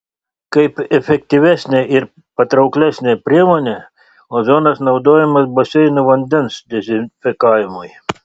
kaip efektyvesnė ir patrauklesnė priemonė ozonas naudojamas baseinų vandens dezinfekavimui